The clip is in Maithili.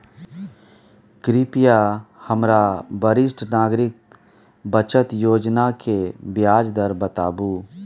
कृपया हमरा वरिष्ठ नागरिक बचत योजना के ब्याज दर बताबू